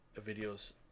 videos